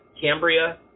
Cambria